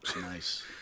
nice